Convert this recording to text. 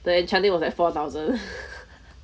the enchantment was like four thousand